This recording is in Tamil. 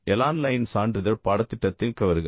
எல் ஆன்லைன் சான்றிதழ் பாடத்திட்டத்திற்கு வருக